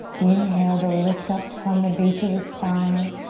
inhale to lift up from the base of the spine,